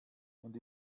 und